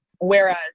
Whereas